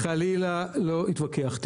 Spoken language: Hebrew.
חלילה, אני לא אתווכח.